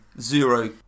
zero